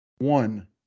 One